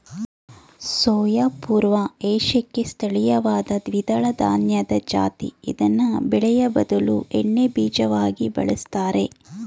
soya ಪೂರ್ವ ಏಷ್ಯಾಕ್ಕೆ ಸ್ಥಳೀಯವಾದ ದ್ವಿದಳಧಾನ್ಯದ ಜಾತಿ ಇದ್ನ ಬೇಳೆಯ ಬದಲು ಎಣ್ಣೆಬೀಜವಾಗಿ ಬಳುಸ್ತರೆ